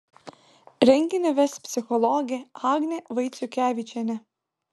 renginį ves psichologė agnė vaiciukevičienė